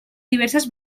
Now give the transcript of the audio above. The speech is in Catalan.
diverses